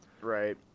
Right